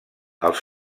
els